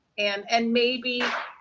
and and maybe.